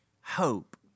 hope